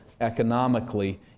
economically